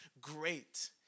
great